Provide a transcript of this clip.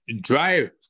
drive